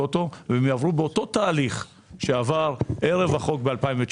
הם יוחרגו ויישארו ב-טוטו והם יעברו באותו תהליך שעבר ערב החוק ב-2019.